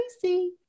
crazy